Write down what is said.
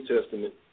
Testament